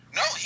no